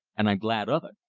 and i'm glad of it.